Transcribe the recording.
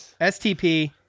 STP